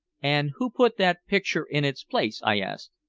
and who put that picture in its place? i asked.